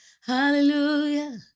hallelujah